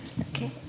Okay